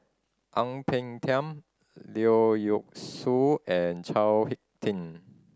Ang Peng Tiam Leong Yee Soo and Chao Hick Tin